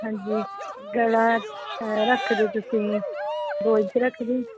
ਹਾਂਜੀ ਗਲਾ ਰੱਖ ਦਿਓ ਤੁਸੀਂ ਦੋ ਇੰਚ ਰੱਖ ਦਿਓ